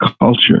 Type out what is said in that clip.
culture